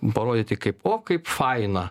parodyti kaip o kaip faina